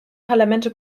parlamente